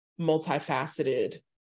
multifaceted